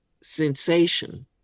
sensation